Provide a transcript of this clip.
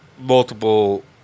multiple